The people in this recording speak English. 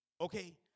Okay